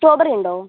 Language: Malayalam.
സ്റ്റോബെറി ഉണ്ടോ